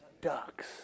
ducks